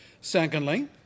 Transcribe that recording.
Secondly